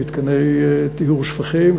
למתקני טיהור שפכים,